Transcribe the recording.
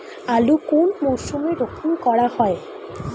আলু কোন মরশুমে রোপণ করা হয়?